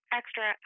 extra